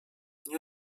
nie